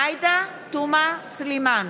עאידה תומא סלימאן,